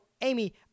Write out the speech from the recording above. Amy